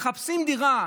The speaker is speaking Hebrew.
מחפשים דירה,